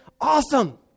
Awesome